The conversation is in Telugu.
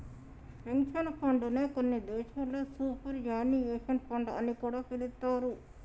పెన్షన్ ఫండ్ నే కొన్ని దేశాల్లో సూపర్ యాన్యుయేషన్ ఫండ్ అని కూడా పిలుత్తారు